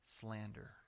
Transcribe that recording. slander